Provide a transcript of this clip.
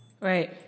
Right